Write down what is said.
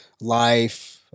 life